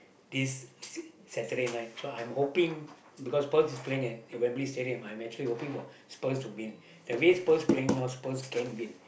this is it Saturday night so I am hoping because Spurs is playing at Wembley-Stadium I'm actually hoping for Spurs to win that means Spurs playing now Spurs can win